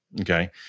okay